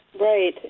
Right